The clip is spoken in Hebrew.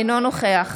אינו נוכח